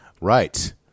Right